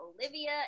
Olivia